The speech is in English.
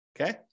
Okay